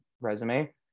resume